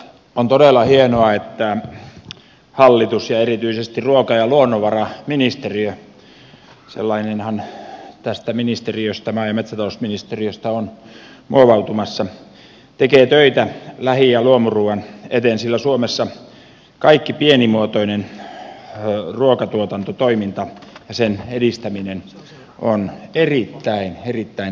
on todella hienoa että hallitus ja erityisesti ruoka ja luonnonvaraministeriö sellainenhan tästä ministeriöstä maa ja metsätalousministeriöstä on muovautumassa tekee töitä lähi ja luomuruuan eteen sillä suomessa kaikki pienimuotoinen ruokatuotantotoiminta ja sen edistäminen on erittäin erittäin tärkeätä